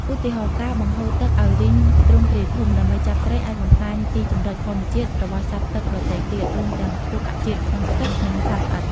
ឧទាហរណ៍ ការបង្ហូរទឹកឲ្យរីងទ្រង់ទ្រាយធំ ដើម្បីចាប់ត្រី អាចបំផ្លាញទីជម្រកធម្មជាតិរបស់សត្វទឹកដទៃទៀត រួមទាំងរុក្ខជាតិក្នុងទឹក និងសត្វល្អិត។